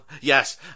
Yes